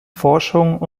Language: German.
forschung